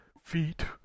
Feet